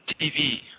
TV